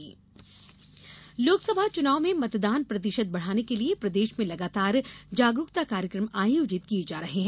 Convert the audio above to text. मतदाता जागरूकता लोकसभा चुनाव में मतदान प्रतिशत बढ़ाने के लिये प्रदेश में लगातार जागरूकता कार्यक्रम आयोजित किये जा रहे हैं